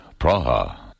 Praha